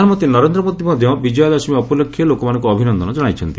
ପ୍ରଧାନମନ୍ତ୍ରୀ ନରେନ୍ଦ ମୋଦି ମଧ୍ୟ ବିଜୟା ଦଶମୀ ଉପଲକ୍ଷେ ଲୋକମାନଙ୍କୁ ଅଭିନନ୍ଦନ କଣାଇଛନ୍ତି